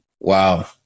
Wow